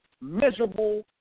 miserable